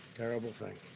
terrible thing.